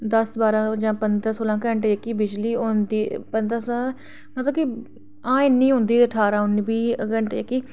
दस्स बा जां पंदरां सोलां घैंटे जेह्की बिजली औंदी मतलब कि हां इन्नी होंदी ठारां बीह् घैंटे